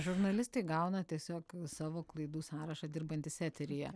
žurnalistai gauna tiesiog savo klaidų sąrašą dirbantys eteryje